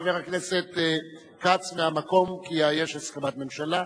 חבר הכנסת כץ, מהמקום, כי יש הסכמת הממשלה,